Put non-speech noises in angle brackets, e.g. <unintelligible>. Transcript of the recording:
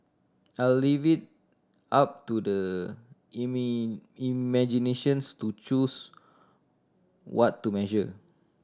I'll leave it up to the <unintelligible> imaginations to choose what to measure